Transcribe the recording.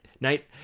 night